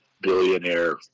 billionaire